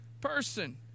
person